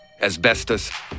Asbestos